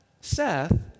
Seth